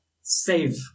Save